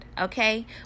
okay